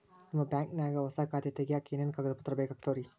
ನಿಮ್ಮ ಬ್ಯಾಂಕ್ ನ್ಯಾಗ್ ಹೊಸಾ ಖಾತೆ ತಗ್ಯಾಕ್ ಏನೇನು ಕಾಗದ ಪತ್ರ ಬೇಕಾಗ್ತಾವ್ರಿ?